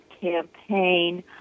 campaign